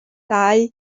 dau